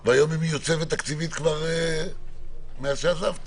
מאוד והיום היא מיוצבת תקציבית מאז שעזבתי.